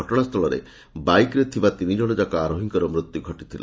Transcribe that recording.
ଘଟଶା ସ୍ଥଳରେ ବାଇକ୍ରେ ଥିବା ତିନିଜଣ ଯାକ ଆରୋହିଙ୍କର ମୃତ୍ୟୁ ଘଟିଥିଲା